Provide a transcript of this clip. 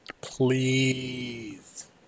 please